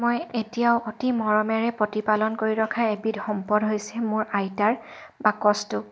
মই এতিয়াও অতি মৰমেৰে প্ৰতিপালন কৰি ৰখা এবিধ সম্পদ হৈছে মোৰ আইতাৰ বাকচটো